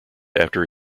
after